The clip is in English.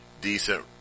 decent